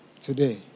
Today